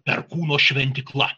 perkūno šventykla